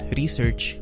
research